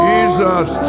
Jesus